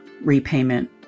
repayment